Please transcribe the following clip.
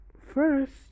First